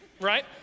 right